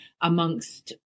amongst